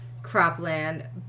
cropland